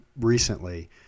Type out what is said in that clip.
recently